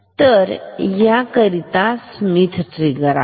तर या करिता स्मिथ ट्रिगर आहे